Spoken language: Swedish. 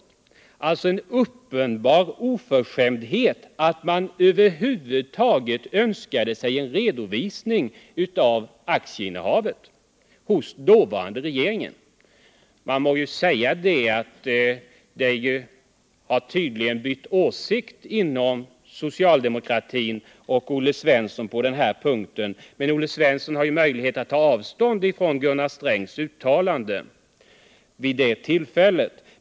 Det var alltså en ”uppenbar oförskämdhet” att man över huvud taget önskade sig en redovisning av den dåvarande regeringens aktieinnehav. Man må ju säga att socialdemokratin och Olle Svensson nu har bytt åsikt på den här punkten. Men Olle Svensson har ju möjlighet att ta avstånd från Gunnar Strängs uttalande vid det aktuella tillfället.